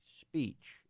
speech